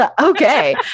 Okay